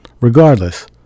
Regardless